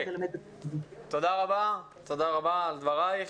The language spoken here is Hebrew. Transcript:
תודה רבה על דברייך.